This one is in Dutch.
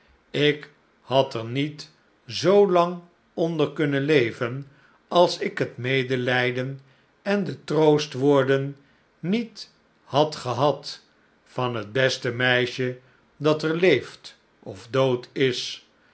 ik had er niet zoolang onder kunnen leven alsikhet medelijden en de troostwoorden niet had gehad van het beste meisje dat er leeft of dood is